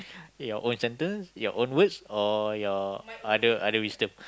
ya your own sentence your own words or you other other wisdom